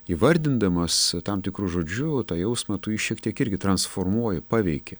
įvardindamas tam tikru žodžiu tą jausmą tu jį šiek tiek irgi transformuoji paveiki